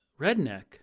redneck